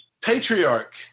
patriarch